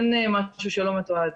אין משהו שלא מתועד.